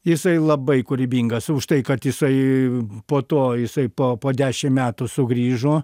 jisai labai kūrybingas už tai kad jisai po to jisai po po dešim metų sugrįžo